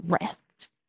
rest